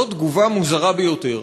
זאת תגובה מוזרה ביותר,